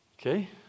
Okay